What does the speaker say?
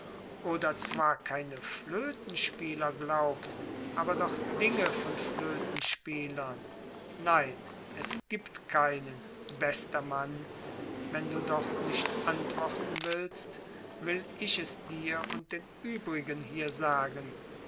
oder zwar keine flötenspieler glaubt aber doch dinge von flötenspielern nein es gibt keinen bester mann wenn du doch nicht antworten willst will ich es dir und den übrigen hier sagen